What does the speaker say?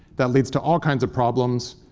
that leads to all kinds of problems.